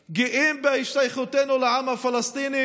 גאים בהשתייכותנו לעם הפלסטיני,